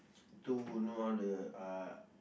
to know all the uh